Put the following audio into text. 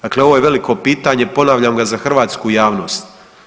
Dakle, ovo je veliko pitanje, ponavljam ga za hrvatsku javnost.